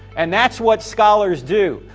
and that's what scholars do.